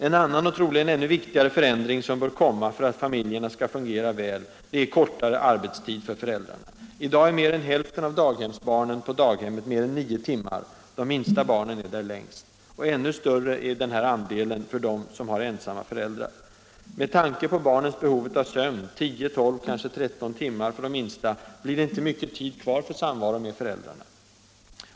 En annan, och troligen ännu viktigare, förändring som bör komma för att familjerna skall fungera väl är kortare arbetstid för föräldrarna. I dag är mer än hälften av daghemsbarnen på daghemmet mer än nio timmar — de minsta barnen är där längst. Ännu större är denna andel för barn med ensamstående föräldrar. Med tanke på barnens behov av sömn -— tio, tolv, kanske tretton timmar för de minsta — blir det inte mycket tid kvar för samvaro med föräldrarna.